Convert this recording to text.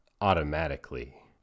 automatically